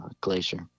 glacier